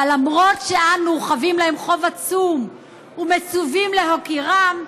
אבל למרות שאנו חבים להם חוב עצום ומצווים להוקירם,